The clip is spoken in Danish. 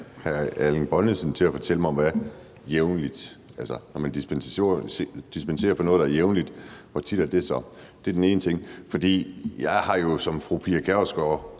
hr. Erling Bonnesen til at fortælle mig om det med jævnligt. Altså, hvis man dispenserer fra noget, der er jævnligt, hvor tit er det så? Det er den ene ting. For jeg har jo som fru Pia Kjærsgaard